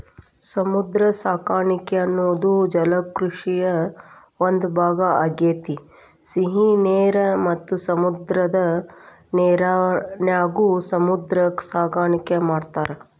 ಸಮುದ್ರ ಸಾಕಾಣಿಕೆ ಅನ್ನೋದು ಜಲಕೃಷಿಯ ಒಂದ್ ಭಾಗ ಆಗೇತಿ, ಸಿಹಿ ನೇರ ಮತ್ತ ಸಮುದ್ರದ ನೇರಿನ್ಯಾಗು ಸಮುದ್ರ ಸಾಕಾಣಿಕೆ ಮಾಡ್ತಾರ